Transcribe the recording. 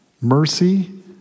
mercy